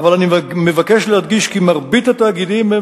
אבל אני מבקש להדגיש כי מרבית התאגידים הם